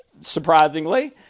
surprisingly